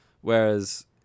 whereas